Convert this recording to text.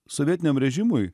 sovietiniam režimui